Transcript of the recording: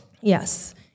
Yes